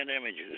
images